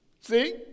See